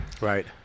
Right